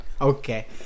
okay